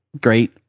great